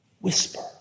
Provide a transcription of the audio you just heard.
whisper